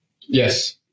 Yes